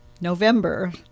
November